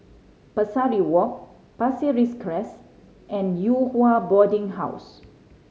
Pesari Walk Pasir Ris Crest and Yew Hua Boarding House